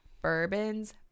Bourbon's